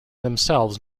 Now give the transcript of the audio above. themselves